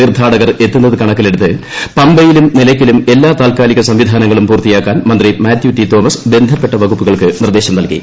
തീർത്ഥാടകർ എത്തുന്നത് കണക്കിലെടുത്ത് ന് പമ്പയിലും നിലയ്ക്കലും എല്ലാ താൽക്കാലിക സംവിധാനങ്ങളും പൂർത്തിയാക്കാൻ മന്ത്രി മാത്യു ടി തോമസ് ബന്ധപ്പെട്ട വകുപ്പുകൾക്ക് നിർദ്ദേശം നൽകി